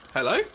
Hello